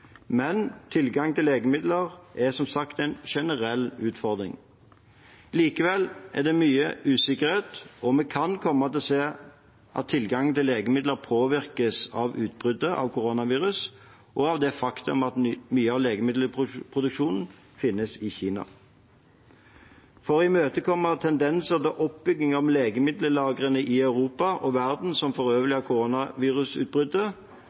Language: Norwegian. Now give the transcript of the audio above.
som sagt en generell utfordring. Likevel er det mye usikkerhet, og vi kan komme til å se at tilgangen på legemidler påvirkes av utbruddet av koronaviruset og av det faktum at mye av legemiddelproduksjonen finnes i Kina. For å imøtekomme tendenser til oppbygging av legemiddellagrene i Europa og verden som